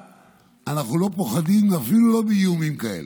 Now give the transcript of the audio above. אנחנו לא פוחדים, אפילו לא מאיומים כאלה.